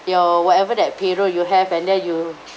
you whatever that payroll you have and then you